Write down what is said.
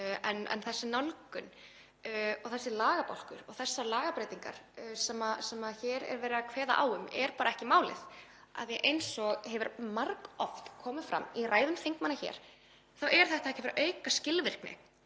En þessi nálgun og þessi lagabálkur og þessar lagabreytingar sem hér er verið að kveða á um eru ekki málið af því að, eins og hefur margoft komið fram í ræðum þingmanna hér, þetta er ekki að fara að auka skilvirkni